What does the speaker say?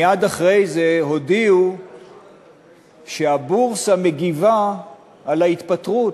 מייד אחרי זה הודיעו שהבורסה מגיבה על ההתפטרות.